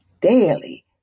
daily